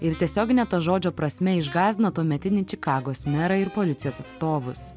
ir tiesiogine to žodžio prasme išgąsdino tuometinį čikagos merą ir policijos atstovus